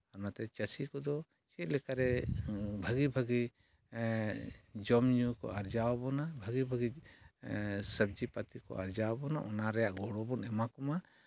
ᱚᱱᱟᱛᱮ ᱪᱟᱹᱥᱤ ᱠᱚᱫᱚ ᱪᱮᱫᱞᱮᱠᱟᱨᱮ ᱵᱷᱟᱹᱜᱤ ᱵᱷᱟᱹᱜᱤ ᱡᱚᱢ ᱧᱩ ᱠᱚ ᱟᱨᱡᱟᱣᱟᱵᱚᱱᱟ ᱵᱷᱟᱹᱜᱤ ᱵᱷᱟᱹᱜᱤ ᱥᱟᱹᱵᱽᱡᱤ ᱯᱟᱹᱛᱤ ᱠᱚ ᱟᱨᱡᱟᱣᱟᱵᱚᱱᱟ ᱚᱱᱟ ᱨᱮᱡᱟᱜ ᱜᱚᱲᱚ ᱵᱚᱱ ᱮᱢᱟ ᱠᱚᱢᱟ